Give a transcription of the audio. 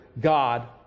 God